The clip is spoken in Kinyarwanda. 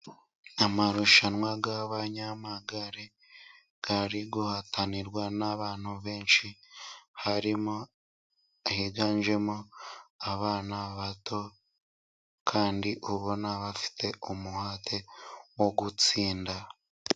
Amarushanwa y'abanyamagare ari guhatanirwa n'abantu benshi, harimo, higanjemo abana bato kandi ubona bafite umuhate wo gutsinda.